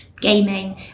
gaming